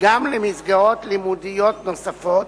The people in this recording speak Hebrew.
גם למסגרות לימודיות נוספות